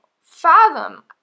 fathom